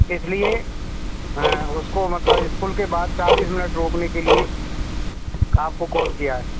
इसलिए हाँ उसको मतलब स्कूल के बाद चालीस मिनट रोकने के लिए आपको कॉल किया है